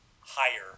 higher